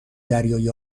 دریایی